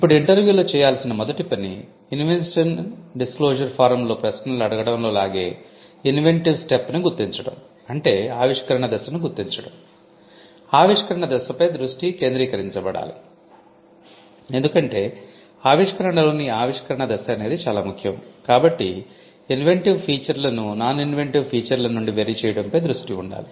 ఇప్పుడు ఇంటర్వ్యూలో చేయాల్సిన మొదటి పని ఇన్వెన్షన్ డిస్క్లోషర్ ఫారంల నుండి వేరుచేయడంపై దృష్టి ఉండాలి